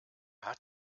hat